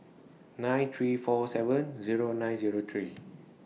nine three four seven Zero nine Zero three